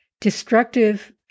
destructive